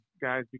guys